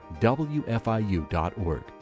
WFIU.org